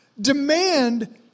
demand